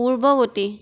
পূৰ্বৱৰ্তী